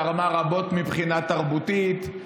תרמה רבות מבחינה תרבותית,